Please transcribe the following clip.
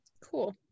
Cool